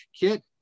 Kit